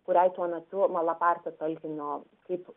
kuriai tuo metu malapartė talkino kaip